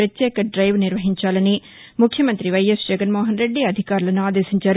ప్రత్యేక డైవ్ నిర్వహించాలని ముఖ్యమంత్రి వైఎస్ జగన్మోహన్రెడ్డి అధికారులను ఆదేశించారు